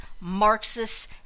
Marxists